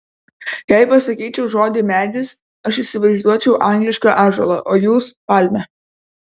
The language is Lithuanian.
jei pasakyčiau žodį medis aš įsivaizduočiau anglišką ąžuolą o jūs palmę